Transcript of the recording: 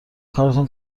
کارتون